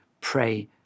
pray